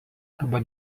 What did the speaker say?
arba